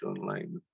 online